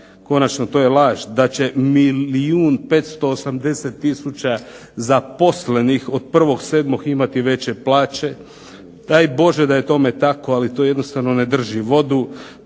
konačno to je laž, da će milijun 580 tisuća zaposlenih od 1. 7. imati veće plaće. Daj Bože da je tome tako, ali to jednostavno ne drži vodu.